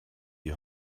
die